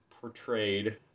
portrayed